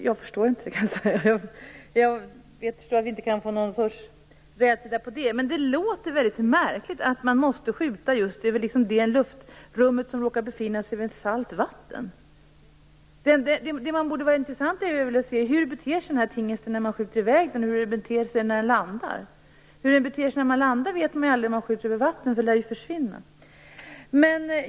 Jag förstår att vi inte kan få någon rätsida på detta, men det låter väldigt märkligt att man måste skjuta just i det luftrum som råkar befinna sig över salt vatten. Det intressanta borde vara att se hur denna tingest beter sig när man skjuter i väg den och när den landar. Hur den beter sig när den landar vet man ju inte om man skjuter i väg den över vatten, för då lär den ju försvinna.